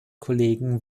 kollegen